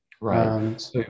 Right